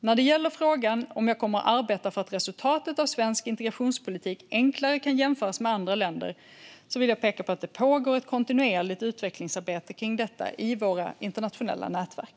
När det gäller frågan om jag kommer att arbeta för att resultatet av svensk integrationspolitik enklare ska kunna jämföras med andra länder vill jag peka på att det pågår ett kontinuerligt utvecklingsarbete kring detta i våra internationella nätverk.